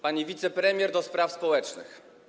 Pani Wicepremier do Spraw Społecznych!